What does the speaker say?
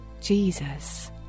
Jesus